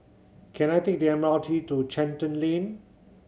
can I take the M R T to Charlton Lane